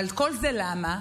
אבל כל זה למה?